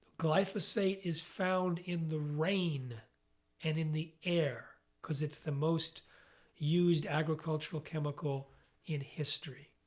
glyphosate is found in the rain and in the air because it's the most used agricultural chemical in history.